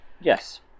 Yes